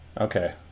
okay